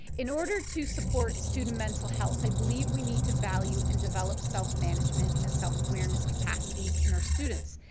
in order to support student mental health, i believe we need to value and develop self-management and self-awareness capacities in our students.